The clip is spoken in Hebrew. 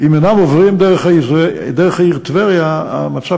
אם אינם עוברים דרך העיר טבריה המצב